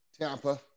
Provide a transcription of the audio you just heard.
Tampa